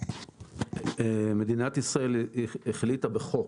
מדינת ישראל החליטה בחוק